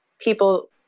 people